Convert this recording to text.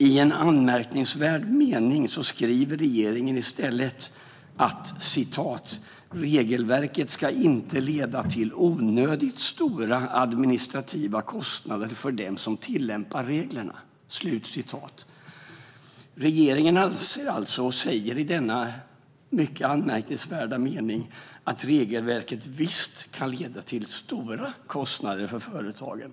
I en anmärkningsvärd mening skriver regeringen i stället att regelverket inte ska "leda till onödigt stora administrativa kostnader för dem som tillämpar reglerna". Regeringen anser alltså och skriver i denna mycket anmärkningsvärda mening att regelverket visst kan leda till stora kostnader för företagen.